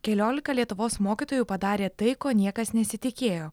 keliolika lietuvos mokytojų padarė tai ko niekas nesitikėjo